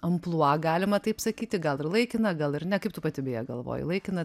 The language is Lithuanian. amplua galima taip sakyti gal ir laikina gal ir ne kaip tu pati beje galvoji laikina